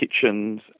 kitchens